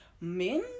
men